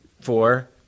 Four